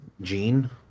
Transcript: Gene